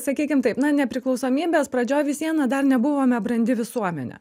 sakykim taip na nepriklausomybės pradžioj vis viena dar nebuvome brandi visuomenė